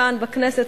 כאן בכנסת,